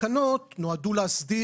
והתקנות נועדו להסדיר.